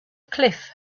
cliff